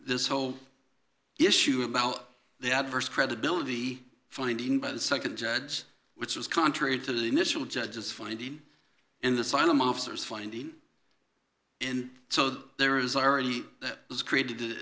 this whole issue about the adverse credibility finding by the nd judge which was contrary to the initial judge's findings and the siloam officers finding and so there is already has created